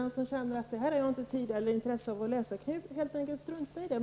Den som känner med sig att det inte finns tid eller intresse för att läsa detta, kan helt enkelt strunta i det.